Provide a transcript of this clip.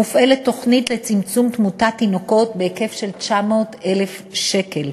מופעלת תוכנית לצמצום תמותת תינוקות בהיקף של 900,000 שקל.